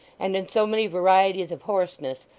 and in so many varieties of hoarseness,